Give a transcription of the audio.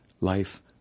life